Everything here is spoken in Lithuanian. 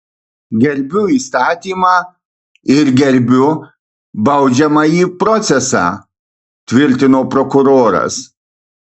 gerbiu įstatymą ir gerbiu baudžiamąjį procesą tvirtino prokuroras